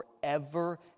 forever